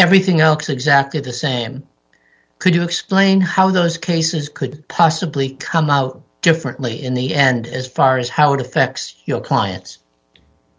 everything else exactly the same could you explain how those cases could possibly come out differently in the end as far as how it affects your clients